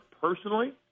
personally